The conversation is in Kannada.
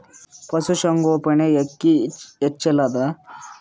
ಪಶುಸಂಗೋಪನೆ ಅಕ್ಕಿ ಹೆಚ್ಚೆಲದಾ?